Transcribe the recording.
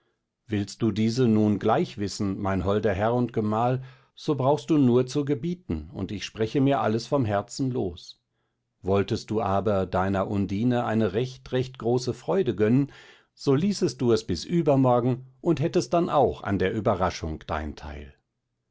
willst du diese nun gleich wissen mein holder herr und gemahl so brauchst du nur zu gebieten und ich spreche mir alles vom herzen los wolltest du aber deiner undine eine recht recht große freude gönnen so ließest du es bis übermorgen und hättest dann auch an der überraschung dein teil